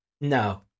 No